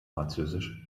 französisch